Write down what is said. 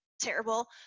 terrible